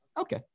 okay